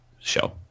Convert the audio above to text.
Show